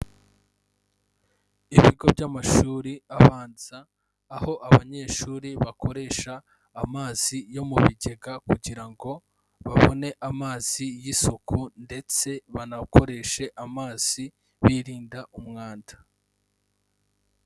Ibigo by'amashuri abanza aho abanyeshuri bakoresha amazi yo mu bigega kugira ngo babone amazi y'isuku ndetse banakoreshe amazi birinda umwanda.